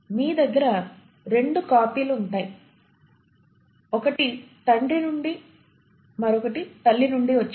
మీ దగ్గర రెండు కాపీలు ఉంటాయి ఒకటి తండ్రి నుండి మరియు మరొకటి తల్లి నుండి వచ్చినవి